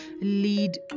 lead